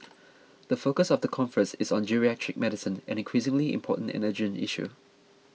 the focus of the conference is on geriatric medicine an increasingly important and urgent issue